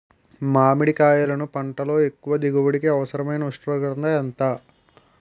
మామిడికాయలును పంటలో ఎక్కువ దిగుబడికి అవసరమైన ఉష్ణోగ్రత ఎంత?